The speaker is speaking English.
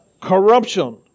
corruption